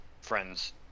friends